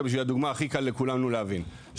הכי קל לכולנו להבין,